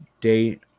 Date